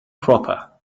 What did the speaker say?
proper